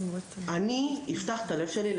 אני אפתח את הלב שלי,